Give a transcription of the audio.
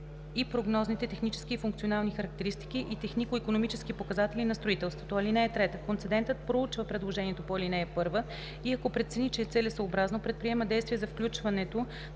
и прогнозните технически и функционални характеристики и технико-икономически показатели на строителството. (3) Концедентът проучва предложението по ал. 1 и ако прецени, че е целесъобразно предприема действия за включването